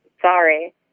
sorry